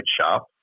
shop